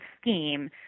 scheme